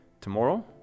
Tomorrow